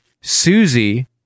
Susie